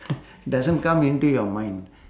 doesn't come into your mind